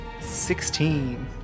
Sixteen